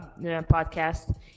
podcast